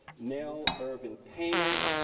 nell irvin painter,